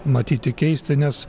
matyti keisti nes